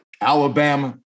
Alabama